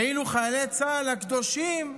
ואילו חיילי צה"ל הקדושים,